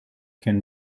can